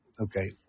okay